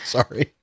Sorry